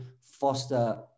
foster